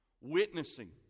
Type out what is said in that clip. witnessing